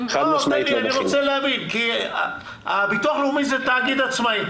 אני רוצה להבין, כי הביטוח הלאומי זה תאגיד עצמאי